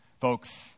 Folks